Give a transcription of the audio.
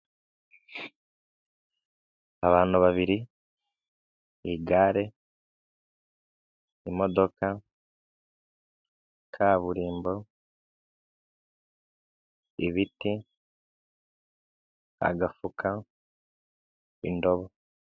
Abantu babiri igare, imodoka,, kaburimbo, ibit,i agafuka, indobo.